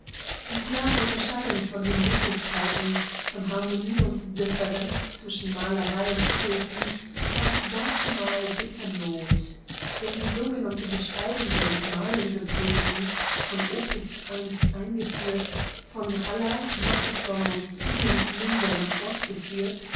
die klare unterscheidung von den möglichkeiten von harmonie und differenz zwischen malerei und poesie tat dazumal bitter not denn die sogenannte beschreibende und malende poesie von opitz eingeführt von haller matthisson und vielen minderen fortgeführt